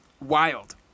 Wild